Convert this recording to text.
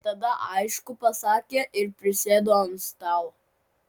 tada aišku pasakė ir prisėdo ant stalo